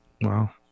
Wow